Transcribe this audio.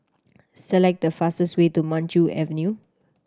select the fastest way to Maju Avenue